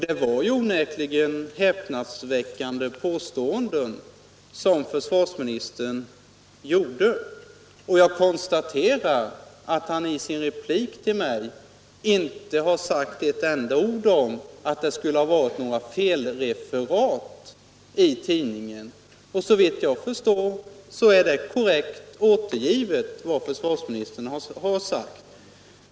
Det var häpnadsväckande påståenden som försvarsministern gjorde, och jag konstaterar att han i sin replik till mig inte har sagt ett enda ord om att det skulle ha varit något felreferat i tidningen. Såvitt jag förstår är vad försvarsministern har sagt i intervjun korrekt återgivet i artikeln.